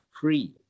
free